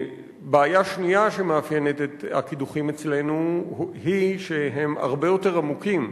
בעיה שנייה שמאפיינת את הקידוחים אצלנו היא שהם הרבה יותר עמוקים.